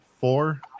four